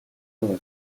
байгаа